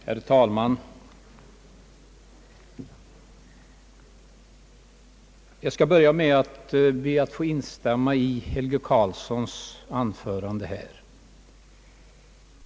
Herr talman! Jag vill börja med att instämma i herr Helge Karlssons anförande.